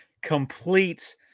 complete